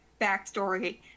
backstory